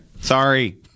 Sorry